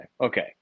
Okay